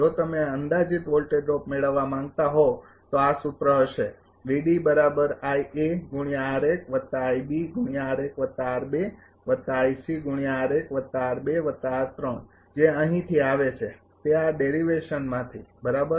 જો તમે અંદાજિત વોલ્ટેજ ડ્રોપ મેળવવા માંગતા હો તો આ સૂત્ર હશે જે અહીંથી આવે છે તે આ ડેરિવેશનમાંથી બરાબર